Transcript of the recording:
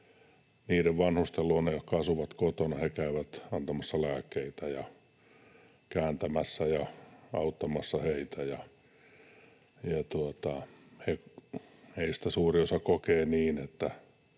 niiden vanhusten luona, jotka asuvat kotona. He käyvät antamassa lääkkeitä ja kääntämässä ja auttamassa heitä, ja heistä suuri osa kokee niin, että